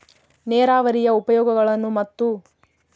ನೇರಾವರಿಯ ಉಪಯೋಗಗಳನ್ನು ಮತ್ತು?